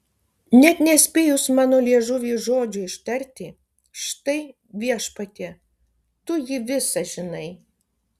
net nespėjus mano liežuviui žodžio ištarti štai viešpatie tu jį visą žinai